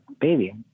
baby